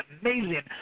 amazing